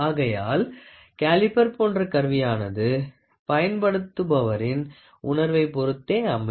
ஆகையால் கேலிபர் போன்ற கருவியானது பயன்படுத்துபவரின் உணர்வை பொருத்தே அமையும்